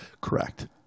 Correct